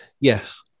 Yes